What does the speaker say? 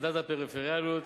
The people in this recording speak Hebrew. מדד הפריפריאליות,